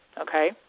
okay